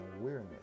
awareness